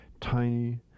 tiny